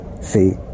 See